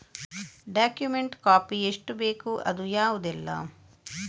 Document copy ಎಷ್ಟು ಬೇಕು ಅದು ಯಾವುದೆಲ್ಲ?